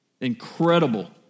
Incredible